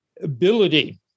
ability